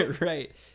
right